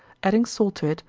adding salt to it,